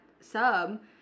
sub